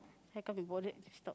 I can't be bothered stop